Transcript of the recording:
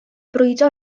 brwydro